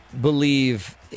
believe